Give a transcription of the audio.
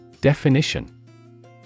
Definition